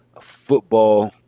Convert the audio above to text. football